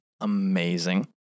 amazing